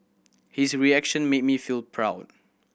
his reaction made me feel proud